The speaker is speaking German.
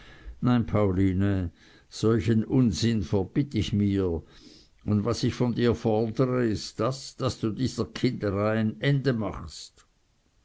nein pauline solchen unsinn verbitt ich mir und was ich von dir fordre ist das daß du dieser kinderei ein ende machst